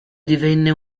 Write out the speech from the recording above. divenne